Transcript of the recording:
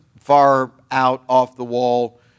far-out-off-the-wall